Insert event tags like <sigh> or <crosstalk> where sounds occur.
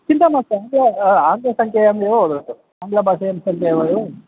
चिन्ता मास्तु <unintelligible> आ आङ्ग्ल सङ्ख्यायामेव वदतु आङ्ग्ल भाषायां सङ्ख्यायामेव एव